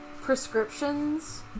prescriptions